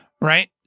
Right